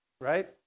Right